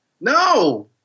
No